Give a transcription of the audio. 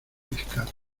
pescado